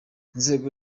inzego